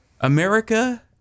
America